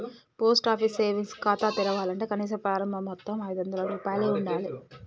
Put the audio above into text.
post office savings ఖాతా తెరవాలంటే కనీస ప్రారంభ మొత్తం ఐదొందల రూపాయలు ఉండాలె